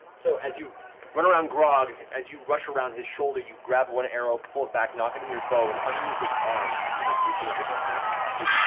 so as you run around grog, as you rush around his shoulder you grab one arrow, pull it back, nock it in your bow, and underneath his arm as he's like reaching up with his axe, you